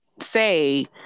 say